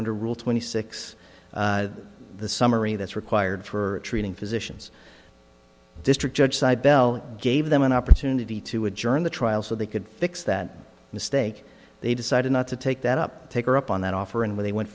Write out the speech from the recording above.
under rule twenty six the summary that's required for treating physicians district judge sidel gave them an opportunity to adjourn the trial so they could fix that mistake they decided not to take that up take her up on that offer and when they went